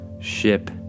Ship